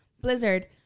blizzard